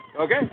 Okay